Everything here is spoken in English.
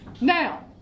Now